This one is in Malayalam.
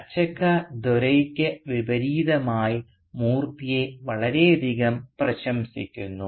അച്ചക്ക ദോരൈയ്ക്ക് വിപരീതമായി മൂർത്തിയെ വളരെയധികം പ്രശംസിക്കുന്നു